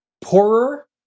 poorer